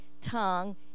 tongue